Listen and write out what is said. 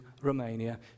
Romania